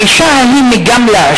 האשה ההיא מגמלא,